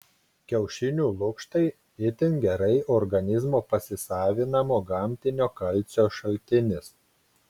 kiaušinių lukštai itin gerai organizmo pasisavinamo gamtinio kalcio šaltinis